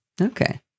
Okay